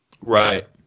Right